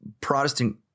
Protestant